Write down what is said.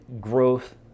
growth